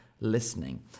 listening